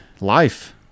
life